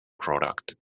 product